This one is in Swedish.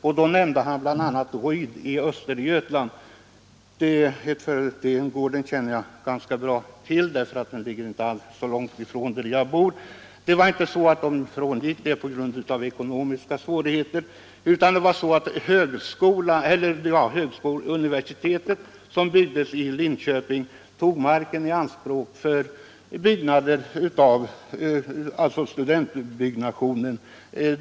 Han nämnde bl.a. Ryd i Östergötland. Den gården känner jag ganska bra till, eftersom den inte ligger så långt från min bostadsort. Man frångick inte den gården på grund av ekonomiska svårigheter, utan marken togs i anspråk i samband med byggnationen av Linköpings universitet.